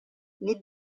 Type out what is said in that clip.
les